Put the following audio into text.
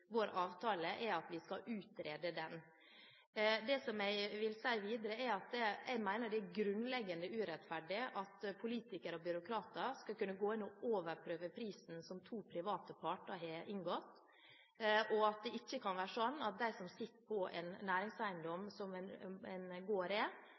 er at vi skal utrede den. Jeg vil videre si at jeg mener det er grunnleggende urettferdig at politikere og byråkrater skal kunne gå inn og overprøve prisen som to private parter har inngått. Det kan ikke være sånn at de som sitter på en næringseiendom, som en gård er,